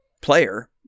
player